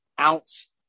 ounce